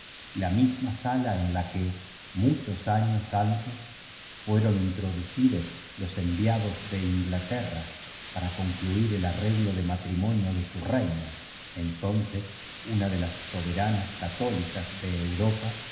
la misma sala en la que muchos años antes fueron introducidos los enviados de inglaterra para con cluir el arreglo de matrimonio de su reina entonces una de las soberanas católicas de europa